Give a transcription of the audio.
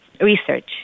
research